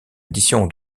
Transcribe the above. édition